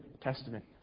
Testament